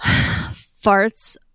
farts